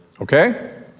okay